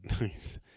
nice